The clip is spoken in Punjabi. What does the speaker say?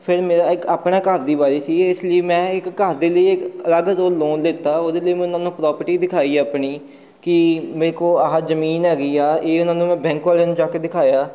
ਫਿਰ ਮੇਰਾ ਇੱਕ ਆਪਣਾ ਘਰ ਦੀ ਵਾਰੀ ਸੀ ਇਸ ਲਈ ਮੈਂ ਇੱਕ ਘਰ ਦੇ ਲਈ ਇੱਕ ਅਲੱਗ ਤੋਂ ਲੋਨ ਲਿੱਤਾ ਉਹਦੇ ਲਈ ਮੈਂ ਉਹਨਾਂ ਨੂੰ ਪ੍ਰੋਪਰਟੀ ਦਿਖਾਈ ਆਪਣੀ ਕਿ ਮੇਰੇ ਕੋਲ ਆਹ ਜ਼ਮੀਨ ਹੈਗੀ ਆ ਇਹ ਉਹਨਾਂ ਨੂੰ ਮੈਂ ਬੈਂਕ ਵਾਲਿਆਂ ਨੂੰ ਜਾ ਕੇ ਦਿਖਾਇਆ